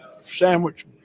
sandwich